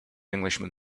englishman